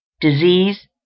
DISEASE